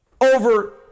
over